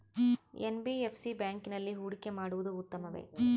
NBFC ಬ್ಯಾಂಕಿನಲ್ಲಿ ಹೂಡಿಕೆ ಮಾಡುವುದು ಉತ್ತಮವೆ?